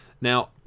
Now